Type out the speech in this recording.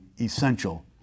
essential